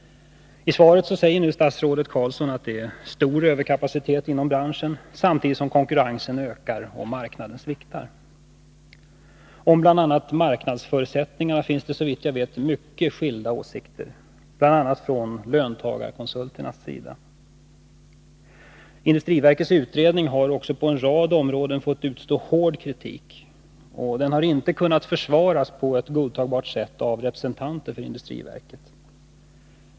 I svaret säger statsrådet Carlsson att det är stor överkapacitet inom branschen, samtidigt som konkurrensen ökar och marknaden sviktar. Såvitt jag vet finns det mycket skilda åsikter om t.ex. marknadsförutsättningar, bl.a. från löntagarkonsulternas sida. att rädda sysselsättningen i Skinn att rädda sysselsättningen i Skinnskatteberg Industriverkets utredning har på en rad områden fått utstå hård kritik. Den har inte kunnat försvaras på ett godtagbart sätt av representanter för industriverket.